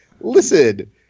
listen